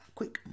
quick